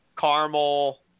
caramel